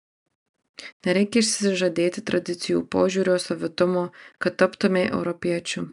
nereikia išsižadėti tradicijų požiūrio savitumo kad taptumei europiečiu